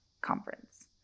conference